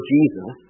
Jesus